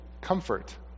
comfort